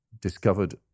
discovered